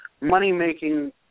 money-making